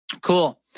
Cool